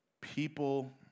people